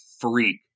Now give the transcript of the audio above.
freak